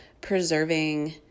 preserving